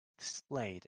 displayed